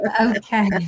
Okay